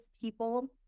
people